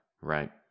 right